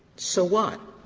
so what?